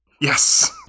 Yes